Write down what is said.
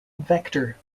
vector